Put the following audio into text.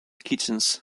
kitchens